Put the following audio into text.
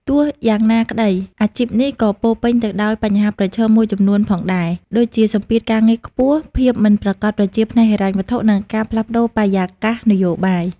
ទោះយ៉ាងនេះក្ដី អាជីពនេះក៏ពោរពេញទៅដោយ បញ្ហាប្រឈម មួយចំនួនផងដែរ ដូចជាសម្ពាធការងារខ្ពស់ ភាពមិនប្រាកដប្រជាផ្នែកហិរញ្ញវត្ថុ និងការផ្លាស់ប្តូរបរិយាកាសនយោបាយ។